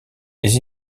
les